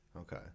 Okay